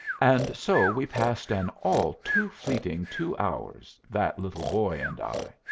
and so we passed an all too fleeting two hours, that little boy and i.